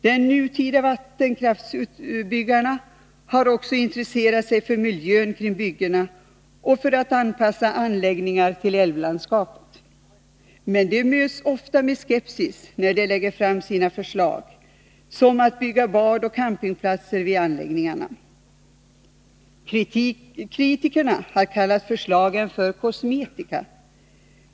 De nutida kraftverksbyggarna har också intresserat sig för miljön kring byggena och för att anpassa anläggningarna till älvlandskapet. Men de möts ofta med skepsis när de lägger fram förslag om attt.ex. bygga badoch campingplatser vid anläggningarna. Kritikerna har kallat åtgärderna för kosmetika.